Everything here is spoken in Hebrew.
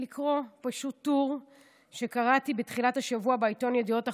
פשוט לקרוא טור שקראתי בתחילת השבוע בעיתון ידיעות אחרונות.